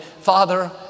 Father